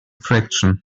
friction